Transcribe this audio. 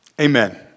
Amen